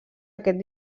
aquest